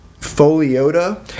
Foliota